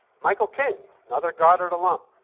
michael king, another goddard alum,